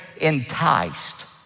enticed